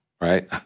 right